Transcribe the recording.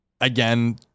again